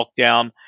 lockdown